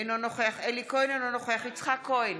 אינו נוכח אלי כהן, אינו נוכח יצחק כהן,